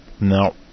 No